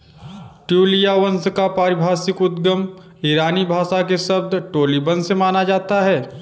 ट्यूलिया वंश का पारिभाषिक उद्गम ईरानी भाषा के शब्द टोलिबन से माना जाता है